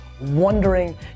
wondering